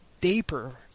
deeper